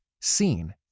seen